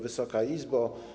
Wysoka Izbo!